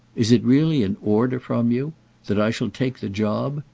is it really an order from you that i shall take the job?